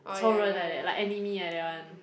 仇人 like that like enemy like that [one]